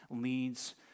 leads